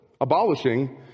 Abolishing